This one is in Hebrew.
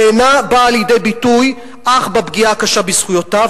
שאינה באה לידי ביטוי אך בפגיעה הקשה בזכויותיו